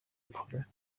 میکند